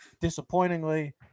disappointingly